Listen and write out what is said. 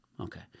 Okay